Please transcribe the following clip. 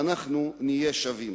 ואנחנו נהיה שווים.